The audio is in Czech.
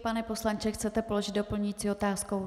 Pane poslanče, chcete položit doplňující otázku?